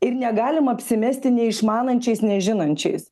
ir negalim apsimesti neišmanančiais nežinančiais